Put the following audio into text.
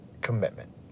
commitment